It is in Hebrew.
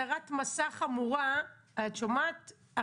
נכון.